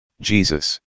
Jesus